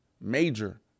Major